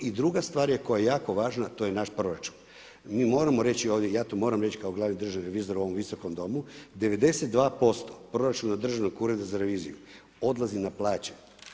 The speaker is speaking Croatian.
I druga stvar koja je jako važna, to je naš proračun. mi moramo reći, ja to moram reći kao glavni državni revizor u ovom Visokom domu, 92% proračuna Državnog ureda za reviziju odlazi na plaće.